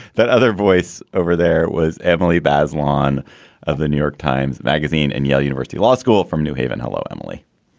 that other voice over. there was emily bazelon of the new york times magazine and yale university law school from new haven hello, emily.